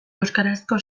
euskarazko